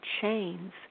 chains